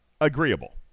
agreeable